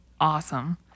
awesome